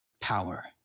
power